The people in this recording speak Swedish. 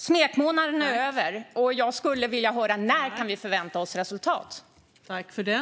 Smekmånaden är över. Jag skulle vilja höra när vi kan förvänta oss resultat.